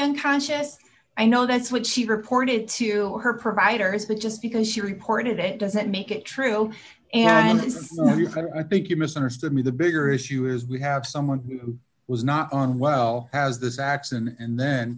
unconscious i know that's what she reported to her providers but just because she reported it doesn't make it true and i think you misunderstood me the bigger issue is we have someone who was not on well as the zacks and